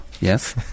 Yes